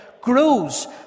grows